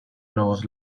nuevos